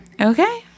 Okay